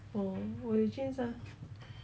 no I cannot